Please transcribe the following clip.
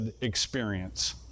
experience